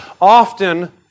often